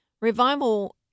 revival